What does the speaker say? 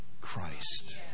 Christ